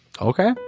Okay